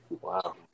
Wow